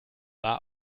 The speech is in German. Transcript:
war